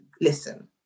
listen